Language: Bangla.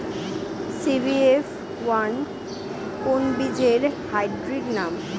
সি.বি.এফ ওয়ান কোন বীজের হাইব্রিড নাম?